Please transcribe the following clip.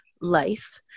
life